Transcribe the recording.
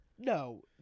No